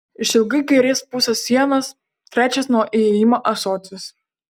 išilgai kairės pusės sienos trečias nuo įėjimo ąsotis